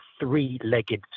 three-legged